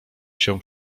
się